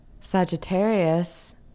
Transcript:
Sagittarius